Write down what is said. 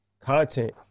content